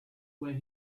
where